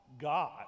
God